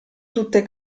tutte